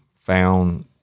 found